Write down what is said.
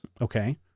Okay